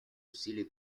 усилий